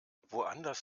woanders